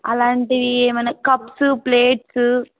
అలాంటివి ఏమైనా cups plates